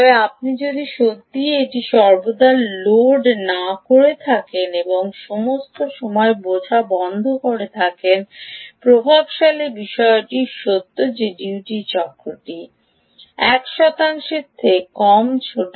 তবে আপনি যদি সত্যই এটি সর্বদা লোড না করে থাকেন এবং সমস্ত সময় বোঝা বন্ধ থাকে এবং প্রভাবশালী বিষয়টি সত্য যে ডিউটি চক্রটি 1 শতাংশের চেয়ে কম ছোট